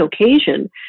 occasion